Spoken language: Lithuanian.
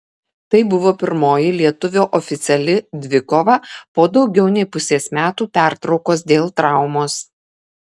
tai buvo pirmoji lietuvio oficiali dvikova po daugiau nei pusės metų pertraukos dėl traumos